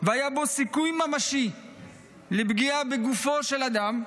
והיה בו סיכוי ממשי לפגיעה בגופו של אדם,